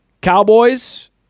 Cowboys